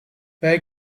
wij